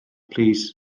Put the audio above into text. plîs